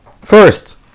first